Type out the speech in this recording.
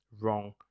wrong